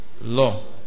Law